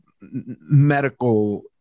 medical